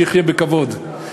שיחיה בכבוד,